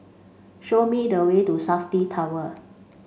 show me the way to SAFTI Tower